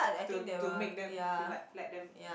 to to make them to like let them